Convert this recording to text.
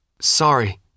Sorry